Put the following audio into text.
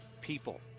people